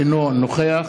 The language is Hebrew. אינו נוכח